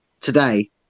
today